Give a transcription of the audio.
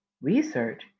Research